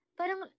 parang